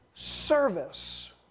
service